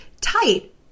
tight